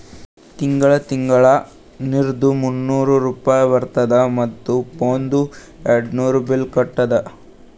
ತಿಂಗಳ ತಿಂಗಳಾ ನೀರ್ದು ಮೂನ್ನೂರ್ ರೂಪೆ ಬರ್ತುದ ಮತ್ತ ಫೋನ್ದು ಏರ್ಡ್ನೂರ್ ಬಿಲ್ ಕಟ್ಟುದ